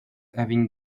having